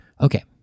Okay